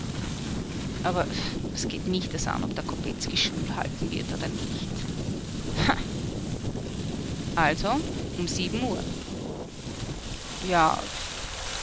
aber was geht mich das an ob der kopetzky schul halten wird oder nicht ha also um sieben uhr ja